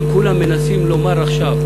שכולם מנסים לומר עכשיו,